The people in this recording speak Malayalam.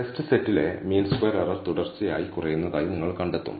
ടെസ്റ്റ് സെറ്റിലെ മീൻ സ്ക്വയർ എറർ തുടർച്ചയായി കുറയുന്നതായി നിങ്ങൾ കണ്ടെത്തും